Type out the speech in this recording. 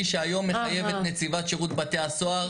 שהיום מחייבת נציבת שירות בתי הסוהר.